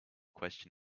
question